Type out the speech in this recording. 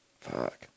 Fuck